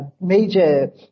major